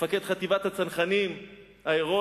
מפקד חטיבת הצנחנים ההירואי,